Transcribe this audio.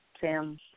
Sam